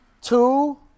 two